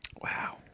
Wow